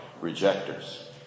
rejectors